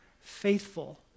faithful